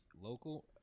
Local